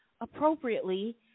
appropriately